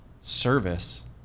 service